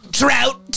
trout